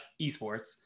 esports